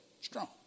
strong